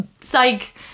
psych